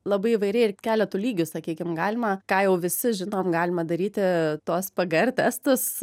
labai įvairiai ir keletu lygiu sakykim galima ką jau visi žinom galima daryti tuos pgr testus